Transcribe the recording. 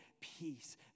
peace